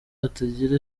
atagira